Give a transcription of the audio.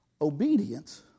obedience